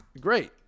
Great